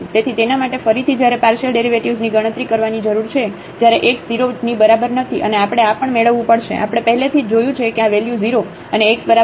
તેથી તેના માટે ફરીથી જ્યારે પાર્શિયલ ડેરિવેટિવ્ઝ ની ગણતરી કરવાની જરૂર છે જ્યારે x 0 ની બરાબર નથી અને આપણે આ પણ મેળવવું પડશે આપણે પહેલેથી જ જોયું છે કે આ વેલ્યુ 0 અને x બરાબર 0 ની બરાબર છે